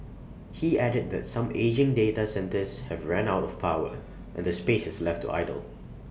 he added that some aging data centres have ran out of power and the space is left to idle